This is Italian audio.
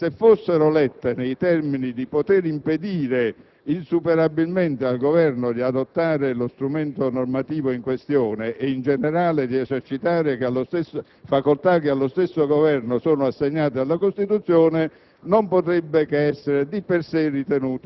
norme di legge ordinaria che, se fossero lette nei termini di poter impedire insuperabilmente al Governo di adottare lo strumento normativo in questione e, in genere, di esercitare facoltà che allo stesso Governo sono assegnate dalla Costituzione,